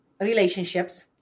relationships